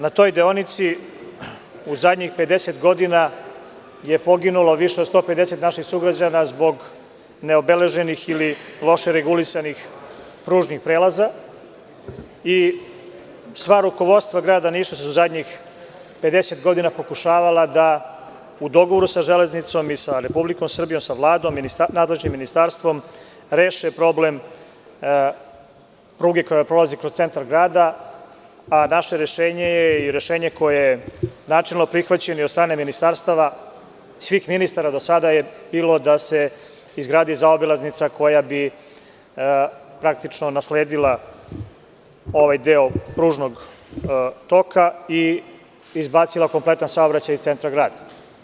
Na toj deonici u zadnjih 50 godina je poginulo više od 150 naših sugrađana zbog neobeleženih ili loše regulisanih pružnih prelaza i sva rukovodstva grada Niša su u zadnjih 50 godina su pokušavala da u dogovoru sa „Železnicom“, sa Republikom Srbijom, sa Vladom, nadležnim ministarstvom da reše problem pruge koja prolazi kroz centar grada, a naše rešenje je i rešenje koje je načelno prihvaćeno i od strane ministarstava, svih ministara do sada je bilo da se izgradi zaobilaznica koja bi praktično nasledila ovaj deo pružnog toka i izbacila kompletan saobraćaj iz centra grada.